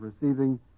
receiving